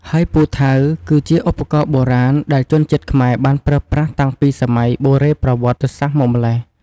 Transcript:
ហើយពូថៅ គឺជាឧបករណ៍បុរាណដែលជនជាតិខ្មែរបានប្រើប្រាស់តាំងពីសម័យបុរេប្រវត្តិសាស្ត្រមកម្ល៉េះ។